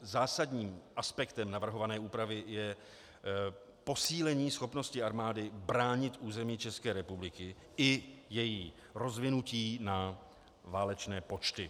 Zásadním aspektem navrhované úpravy je posílení schopnosti armády bránit území České republiky i její rozvinutí na válečné počty.